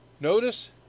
Notice